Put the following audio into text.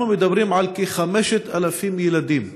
אנחנו מדברים על כ-5,000 ילדים,